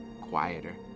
quieter